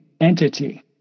entity